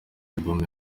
album